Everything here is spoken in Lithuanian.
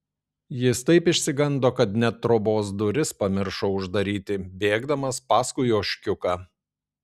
jis taip išsigando kad net trobos duris pamiršo uždaryti bėgdamas paskui ožkiuką